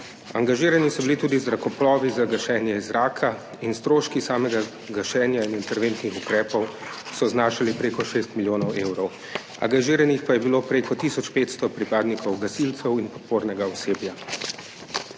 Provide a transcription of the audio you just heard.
angažirani so bili tudi zrakoplovi za gašenje iz zraka in stroški samega gašenja in interventnih ukrepov so znašali prek šest milijonov evrov, angažiranih pa je bilo prek tisoč 500 pripadnikov gasilcev in podpornega osebja.